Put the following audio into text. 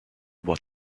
what